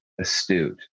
astute